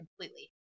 completely